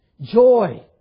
joy